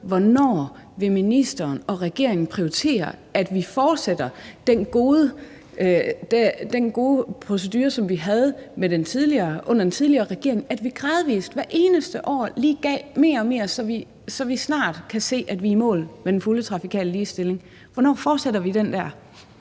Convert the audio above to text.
Hvornår vil ministeren og regeringen prioritere, at vi fortsætter den gode procedure, som vi havde under den tidligere regering, altså at vi gradvis hvert eneste år lige giver mere og mere, så vi snart kan se, at vi er i mål med den fulde trafikale ligestilling? Hvornår fortsætter vi den?